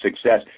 success